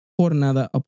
Jornada